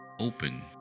open